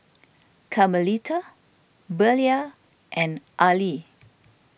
Carmelita Belia and Ali